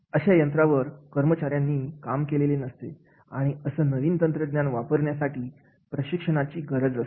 अशा यंत्रावर कर्मचाऱ्यांनी काम केलेले नसते आणि असं नवीन तंत्रज्ञान वापरण्यासाठी प्रशिक्षणाची गरज असते